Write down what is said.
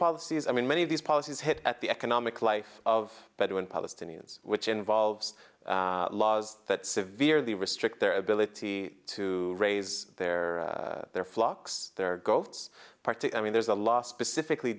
policies i mean many of these policies hit at the economic life of bedouin palestinians which involves laws that severely restrict their ability to raise their their flocks their goats party i mean there's a law specifically